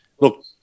Look